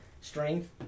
strength